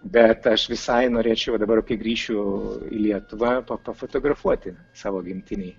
bet aš visai norėčiau dabar kai grįšiu į lietuvą pa pafotografuoti savo gimtinėj